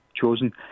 chosen